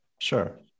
Sure